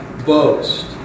boast